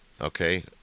okay